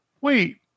Wait